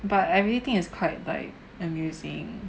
but everything is quite like amusing